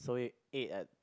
so he ate at